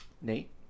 Nate